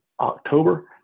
October